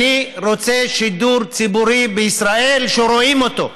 אני רוצה שידור ציבורי בישראל שרואים אותו,